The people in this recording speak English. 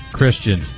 Christian